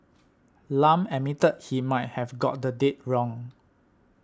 Lam admitted he might have got the date wrong